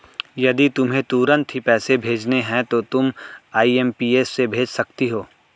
यदि तुम्हें तुरंत ही पैसे भेजने हैं तो तुम आई.एम.पी.एस से भेज सकती हो